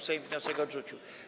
Sejm wniosek odrzucił.